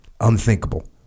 unthinkable